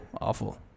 awful